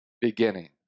beginning